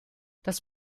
das